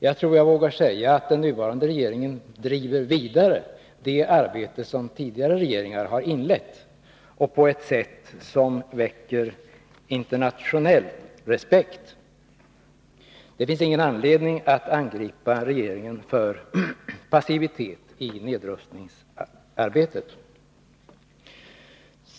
Jag tror att jag vågar säga att den nuvarande regeringen driver vidare det arbete som tidigare regeringar har inlett — och på ett sätt som väcker internationell respekt. Det finns ingen anledning att angripa regeringen för passivitet i nedrustningsarbetet.